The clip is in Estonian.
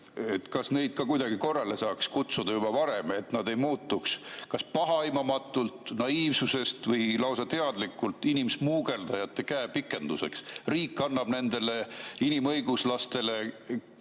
Kas neid saaks ka kuidagi korrale kutsuda, juba varem, et nad ei muutuks kas pahaaimamatult, naiivsusest või lausa teadlikult inimsmugeldajate käepikenduseks? Riik annab nendele inimõiguslastele